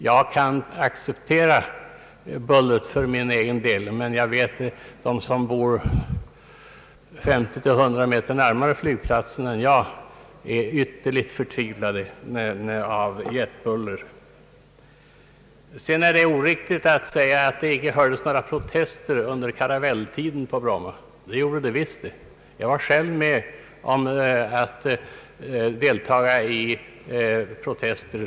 Jag kan acceptera bullret för min egen del, men jag känner till att de som bor 50—100 meter närmare flygplatsen än jag är ytterligt förtvivlade över störningarna. Det är oriktigt att påstå att man inte framförde några protester under Caravelle-tiden på Bromma. Det gjorde man visst! Jag deltog själv i protester över förhållandena.